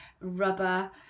rubber